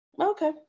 okay